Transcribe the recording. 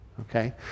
okay